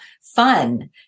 fun